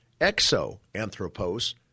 exoanthropos